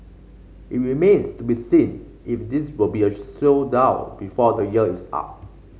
it remains to be seen if this will be a showdown before the year is up